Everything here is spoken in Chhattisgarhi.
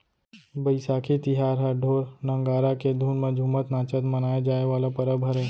बइसाखी तिहार ह ढोर, नंगारा के धुन म झुमत नाचत मनाए जाए वाला परब हरय